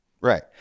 Right